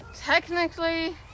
Technically